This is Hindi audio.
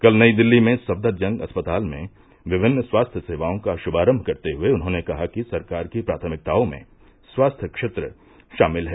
कल नई दिल्ली में सफदरजंग अस्पताल में विभिन्न स्वास्थ्य सेवाओं का शुपारंम करते हुए उन्होंने कहा कि सरकार की प्राथमिकताओं में स्वास्थ्य क्षेत्र शामिल है